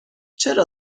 چرا